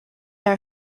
are